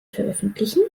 veröffentlichen